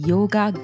Yoga